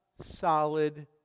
solid